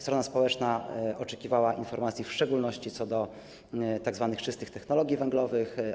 Strona społeczna oczekiwała informacji w szczególności na temat tzw. czystych technologii węglowych.